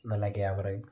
നല്ല ക്യാമറയും